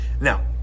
Now